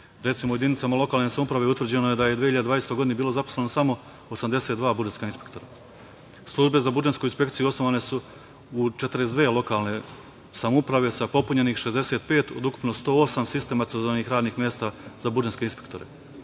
u jedinicama lokalne utvrđeno je da je 2020. godini bilo zaposleno samo 82 budžetska inspektora. Službe za budžetsku inspekciju osnovane su u 42 lokalne samouprave sa popunjenih 65 od ukupno 108 sistematizovanih radnih mesta za budžetske inspektore,